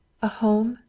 a home,